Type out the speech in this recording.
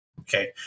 okay